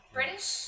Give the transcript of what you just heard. British